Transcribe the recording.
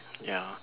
ya